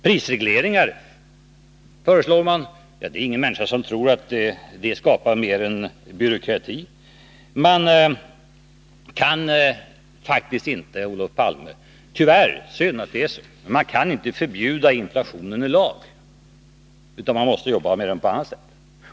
Prisregleringar föreslås, men det är ingen människa som tror att det skapar mer än byråkrati. Man kan faktiskt inte, Olof Palme — tyvärr, det är synd att det är så — förbjuda inflationen med lag, utan man måste jobba med den på annat sätt.